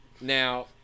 Now